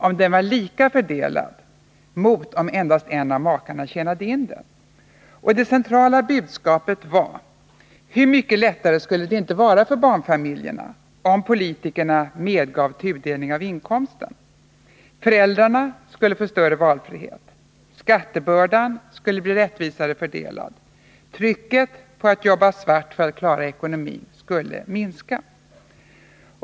om den var lika fördelad jämfört med att endast en av makarna tjänade in denna inkomst. Det centrala budskapet var: Hur mycket lättare skulle det inte vara för barnfamiljerna om politikerna medgav tudelning av inkomsten. Föräldrarna skulle få större valfrihet. Skattebördan skulle bli rättvisare fördelad. Trycket på att jobba svart för att klara ekonomin skulle minska.